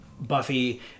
Buffy